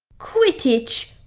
quidditch?